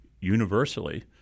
universally